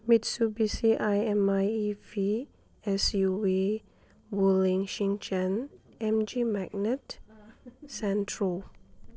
ꯋꯤꯠꯁꯨ B C I M I E B X U V ꯋꯣꯜꯂꯤꯡ ꯁꯤꯡꯆꯦꯟ M G Magnite Santro